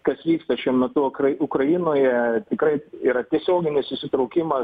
kas vyksta šiuo mžtu ukra ukrainoje tikrai yra tiesioginis įsitraukimas